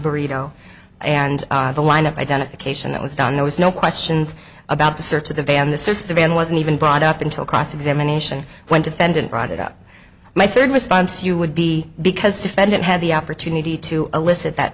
burrito and the lineup identification that was done there was no questions about the search of the van the search of the van wasn't even brought up until cross examination when defendant brought it up my third response you would be because defendant had the opportunity to elicit that